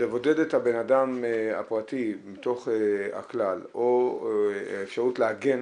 לבודד את הבנאדם הפרטי מתוך הכלל או אפשרות להגן,